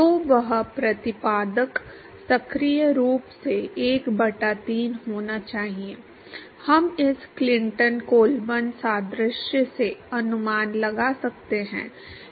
तो वह प्रतिपादक सक्रिय रूप से 1 बटा 3 होना चाहिए हम इस क्लिंटन कोलबर्न सादृश्य से अनुमान लगा सकते हैं